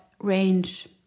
range